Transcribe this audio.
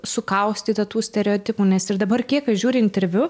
sukaustyta tų stereotipų nes ir dabar kiek aš žiūriu interviu